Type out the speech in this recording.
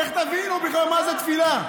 איך תבינו בכלל מה זה תפילה?